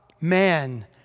man